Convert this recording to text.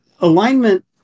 alignment